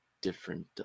different